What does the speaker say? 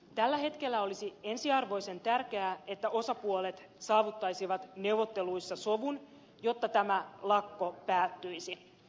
tällä hetkellä olisi ensiarvoisen tärkeää että osapuolet saavuttaisivat neuvotteluissa sovun jotta tämä lakko päättyisi